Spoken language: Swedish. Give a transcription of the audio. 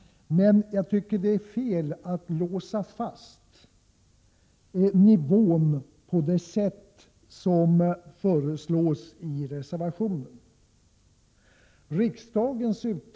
Men jag tycker att det är fel att låsa fast nivån på det sätt som föreslås i reservationen. Riksdagens Prot.